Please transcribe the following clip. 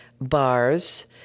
bars